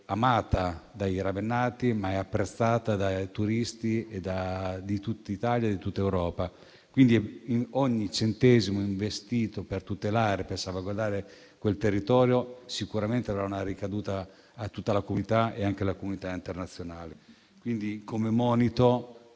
amata dai ravennati, ma è apprezzata dai turisti di tutta Italia e di tutta Europa, quindi ogni centesimo investito per tutelare e salvaguardare quel territorio sicuramente avrà una ricaduta su tutta la comunità, anche internazionale. Come monito